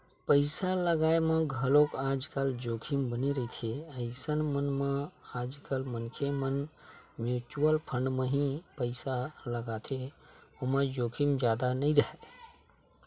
पइसा लगाय म घलोक आजकल जोखिम बने रहिथे अइसन म आजकल मनखे मन म्युचुअल फंड म ही पइसा लगाथे ओमा जोखिम जादा नइ राहय